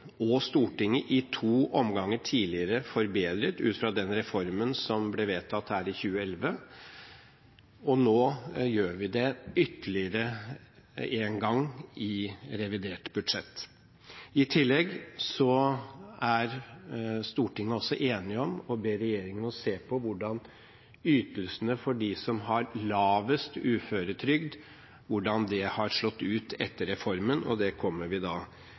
og Stortinget i to omganger tidligere forbedret ut fra den reformen som ble vedtatt her i 2011, og nå gjør vi det ytterligere en gang i revidert budsjett. I tillegg er Stortinget også enige om å be regjeringen se på hvordan ytelsene for dem som har lavest uføretrygd, har slått ut etter reformen, og det kommer vi da